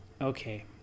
Okay